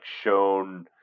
shown